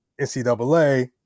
NCAA